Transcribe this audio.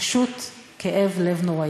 פשוט כאב לב נוראי.